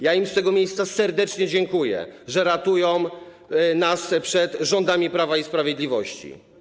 Ja im z tego miejsca serdecznie dziękuję, że ratują nas przed rządami Prawa i Sprawiedliwości.